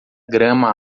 grama